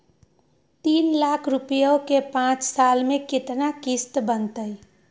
तीन लाख रुपया के पाँच साल के केतना किस्त बनतै?